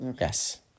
Yes